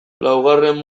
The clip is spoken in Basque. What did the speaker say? laugarren